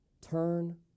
Turn